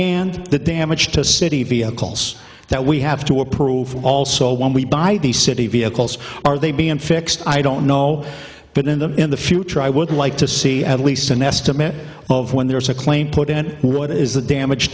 and the damage to city vehicles that we have to approve also when we buy the city vehicles are they being fixed i don't know but in the in the future i would like to see at least an estimate of when there is a claim put in what is the damage